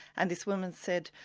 and this woman said,